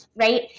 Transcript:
right